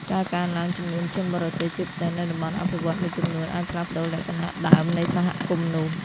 ការកើនឡើងចំនួនជនបរទេស ជាពិសេសនៅតំបន់អភិវឌ្ឍន៍មួយចំនួន អាចផ្លាស់ប្តូរលក្ខណៈដើមនៃសហគមន៍នោះ។